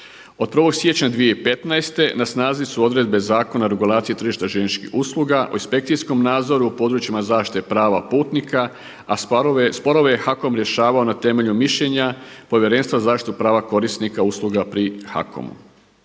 Od 1. siječnja 2015. na snazi su odredbe Zakona o regulaciji tržišta željezničkih usluga, o inspekcijskom nadzoru u područjima zaštite prava putnika a sporove je HAKOM rješavao na temelju mišljenja Povjerenstva za zaštitu prava korisnika usluga pri HAKOM-u.